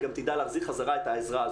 היא גם תדע להחזיר חזרה את העזרה הזאת,